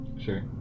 Sure